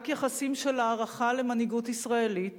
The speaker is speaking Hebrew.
רק יחסים של הערכה למנהיגות ישראלית,